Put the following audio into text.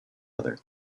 other